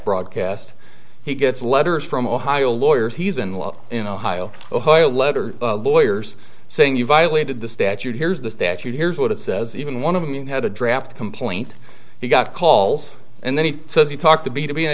broadcast he gets letters from ohio lawyers he's in law in ohio ohio letter boyer's saying you violated the statute here's the statute here's what it says even one of them you had a draft complaint he got calls and then he says he talked to b to